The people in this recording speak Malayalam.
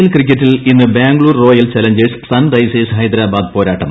എൽ ക്രിക്കറ്റിൽ ഇന്ന് Bangalore Royal Challengers Sunrisers Hyderabad പോരാട്ടം